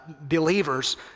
believers